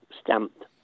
stamped